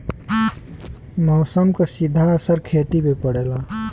मौसम क सीधा असर खेती पे पड़ेला